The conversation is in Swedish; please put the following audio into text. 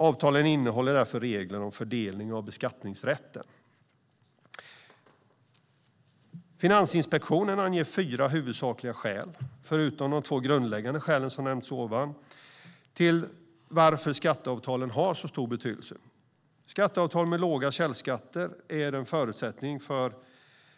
Avtalen innehåller därför regler om fördelning av beskattningsrätten. Finansinspektionen anger fyra huvudsakliga skäl, förutom de två grundläggande skälen som nämns ovan, till att skatteavtalen har så stor betydelse. Skatteavtal med låga källskatter är en förutsättning för att